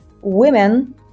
women